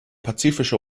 pazifische